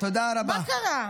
מה קרה?